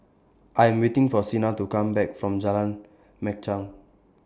I Am waiting For Sina to Come Back from Jalan Machang